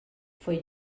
foi